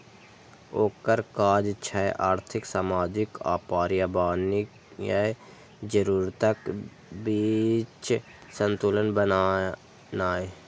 ओकर काज छै आर्थिक, सामाजिक आ पर्यावरणीय जरूरतक बीच संतुलन बनेनाय